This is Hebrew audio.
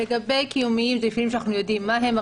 לגבי "קיומיים", אלה מפעלים אנחנו יודעים מה הם.